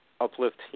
uplift